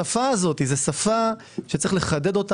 זה שפה שיש לחדדה.